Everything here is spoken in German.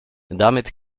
damit